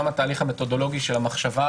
גם התהליך המתודולוגי של המחשבה,